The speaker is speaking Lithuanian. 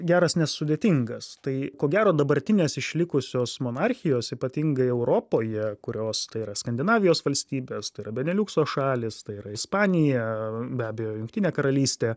geras nesudėtingas tai ko gero dabartinės išlikusios monarchijos ypatingai europoje kurios tai yra skandinavijos valstybės tai yra beneliukso šalys tai yra ispanija be abejo jungtinė karalystė